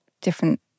different